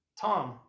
Tom